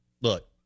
look